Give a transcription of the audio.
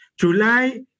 July